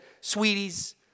Sweeties